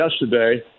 yesterday